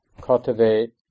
cultivate